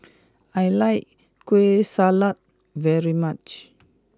I like Kueh Salat very much